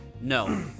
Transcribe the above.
No